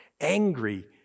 angry